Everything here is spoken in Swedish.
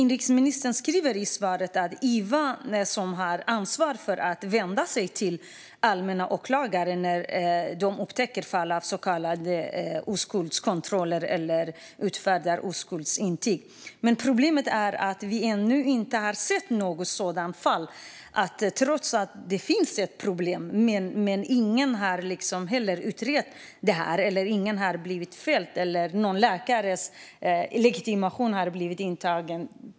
Inrikesministern sa i sitt svar att IVO har ansvar att vända sig till allmän åklagare när de upptäcker fall av så kallade oskuldskontroller eller utfärdande av oskuldsintyg. Problemet är att vi ännu inte har sett något sådant fall, trots att det finns ett sådant problem. Ingen har utrett detta. Ingen har heller blivit fälld, och ingen läkares legitimation har blivit indragen.